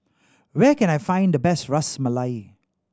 where can I find the best Ras Malai